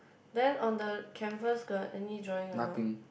then on the canvas got any drawing or not